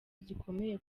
zikomeye